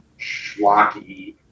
schlocky